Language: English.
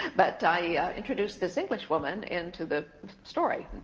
but i introduced this english woman into the story,